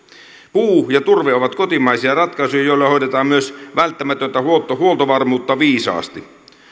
puu ja turve ovat kotimaisia ratkaisuja joilla hoidetaan myös välttämätöntä huoltovarmuutta viisaasti